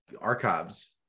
archives